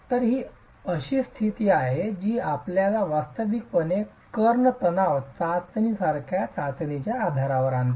तर ही अशी स्थिती आहे जी आपल्याला वास्तविकपणे कर्ण तणाव चाचणीसारख्या चाचणीच्या आधारावर आणते